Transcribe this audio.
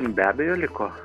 be abejo liko